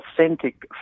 authentic